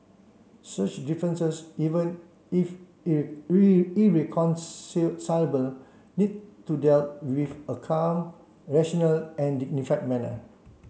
such differences even if need to dealt with a calm rational and dignified manner